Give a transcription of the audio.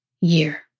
year